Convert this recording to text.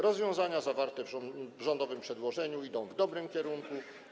Rozwiązania zawarte w rządowym przedłożeniu idą w dobrym kierunku.